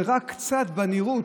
זה רק קצת בנראות,